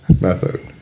method